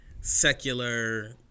secular